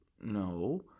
No